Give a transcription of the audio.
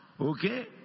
Okay